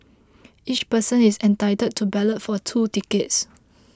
each person is entitled to ballot for two tickets